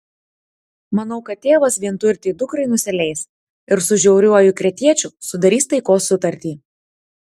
manau kad tėvas vienturtei dukrai nusileis ir su žiauriuoju kretiečiu sudarys taikos sutartį